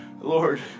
Lord